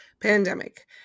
pandemic